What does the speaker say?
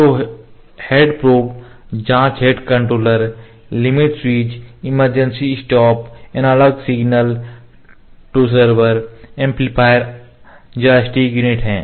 तो head probe जांच head controller limit switch emergency stop analog signal to server amplifiers joystick unit है